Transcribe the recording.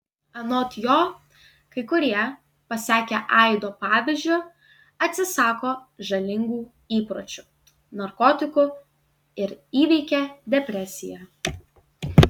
anot jo kai kurie pasekę aido pavyzdžiu atsisako žalingų įpročių narkotikų ir įveikia depresiją